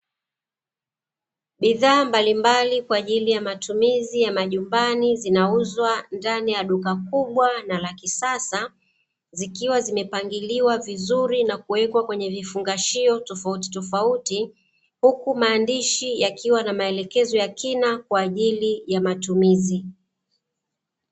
Bidhaa mbalimbali kwa ajili ya matumizi ya majumbani, zinauzwa ndani ya duka kubwa na la kisasa, zikiwa zimepangiliwa vizuri na kuwekwa kwenye vifungashio tofautitofauti, huku maandishi yakiwa na maelekezo ya kina kwa ajili ya matumizi.